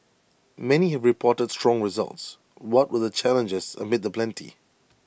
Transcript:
many have reported strong results what were the challenges amid the plenty